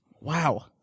Wow